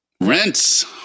Rinse